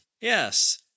Yes